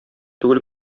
түгел